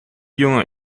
jongen